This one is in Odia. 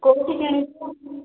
କୋଉଠି କିଣିବୁ